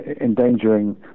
endangering